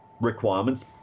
requirements